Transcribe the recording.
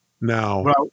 Now